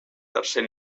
tercer